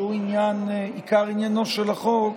שהוא עיקר עניינו של החוק,